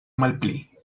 malpli